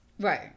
Right